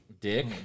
Dick